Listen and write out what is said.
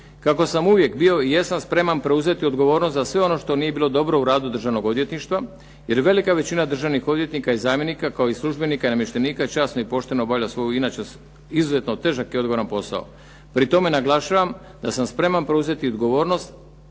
kako sam uvijek bio i jesam spreman preuzeti odgovornost za sve ono što nije bilo dobro u radu Državnog odvjetništva jer velika većina državnih odvjetnika i zamjenika kao i službenika i namještenika časno i pošteno obavlja svoj inače izuzetno težak i odgovoran posao. Pri tome naglašavam da sam spreman preuzeti odgovornost